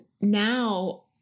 now